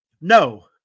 no